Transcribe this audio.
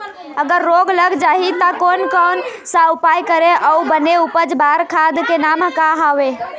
अगर रोग लग जाही ता कोन कौन सा उपाय करें अउ बने उपज बार खाद के नाम का हवे?